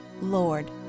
Lord